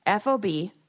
FOB